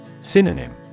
Synonym